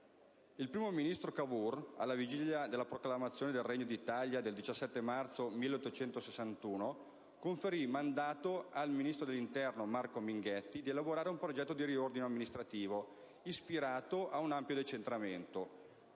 Il primo ministro Cavour, alla vigilia della proclamazione del Regno d'Italia del 17 marzo 1861, conferì mandato al ministro degli interni Marco Minghetti di elaborare un progetto di riordino amministrativo ispirato ad un ampio decentramento.